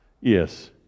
Yes